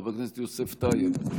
חבר הכנסת יוסף טייב,